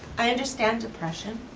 i understand depression.